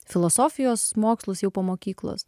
filosofijos mokslus jau po mokyklos